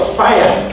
fire